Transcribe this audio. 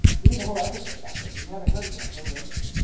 we did a whole episode about this. if you haven't heard it yet, go listen.